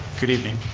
good evening.